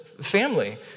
family